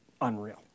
unreal